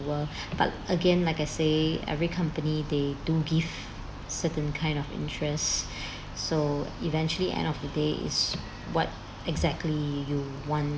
but again like I say every company they do give certain kind of interest so eventually end of the day is what exactly you want